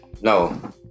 No